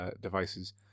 devices